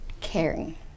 Caring